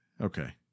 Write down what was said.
Okay